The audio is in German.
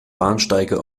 bahnsteige